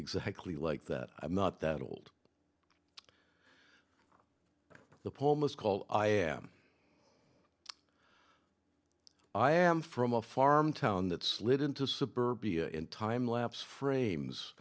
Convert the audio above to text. exactly like that i'm not that old the pomus call i am i am from a farm town that slid into suburbia in time lapse frames